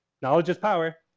knowledge is power.